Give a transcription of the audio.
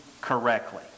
correctly